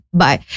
bye